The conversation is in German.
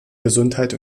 gesundheit